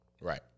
right